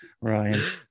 Ryan